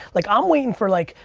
like i'm waiting for like,